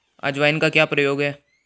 अजवाइन का क्या प्रयोग है?